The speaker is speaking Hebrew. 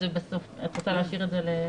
את רוצה להשאיר את זה לסוף?